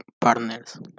partners